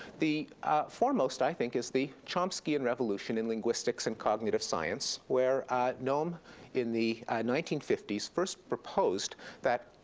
the foremost, i think, is the chomskyan revolution in linguistics and cognitive science, where noam in the nineteen fifty s first proposed that,